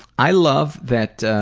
i love that